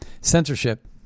censorship